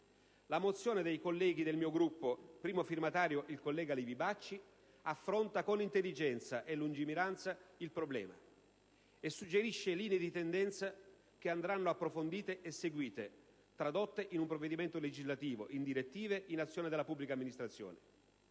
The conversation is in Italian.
La mozione n. 245 dei colleghi del mio Gruppo, di cui è primo firmatario il senatore Livi Bacci, affronta con intelligenza e lungimiranza il problema e suggerisce linee di tendenza che andranno approfondite, seguite e tradotte in un provvedimento legislativo, in direttive e in azioni della pubblica amministrazione.